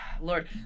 lord